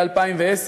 ב-2010,